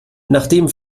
nachdem